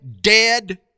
dead